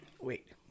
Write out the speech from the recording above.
Wait